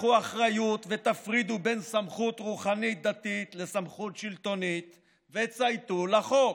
קחו אחריות ותפרידו בין סמכות רוחנית-דתית לסמכות שלטונית וצייתו לחוק,